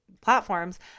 platforms